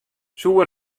soe